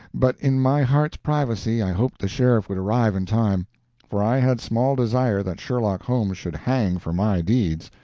but in my heart's privacy i hoped the sheriff would arrive in time for i had small desire that sherlock holmes should hang for my deeds,